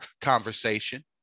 conversation